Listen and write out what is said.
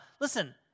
listen